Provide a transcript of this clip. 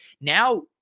Now